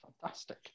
Fantastic